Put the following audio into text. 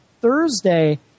Thursday